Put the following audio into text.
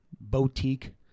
boutique